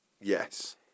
yes